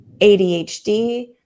ADHD